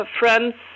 friends